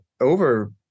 over